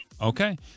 Okay